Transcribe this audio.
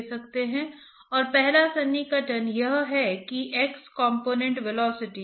तो अभी आप मान लेते हैं कि थर्मल बाउंड्री लेयर की मोटाई कंसंट्रेशन बाउंड्री लेयर से बड़ी है और यह मोमेंटम बाउंड्री लेयर से बड़ी है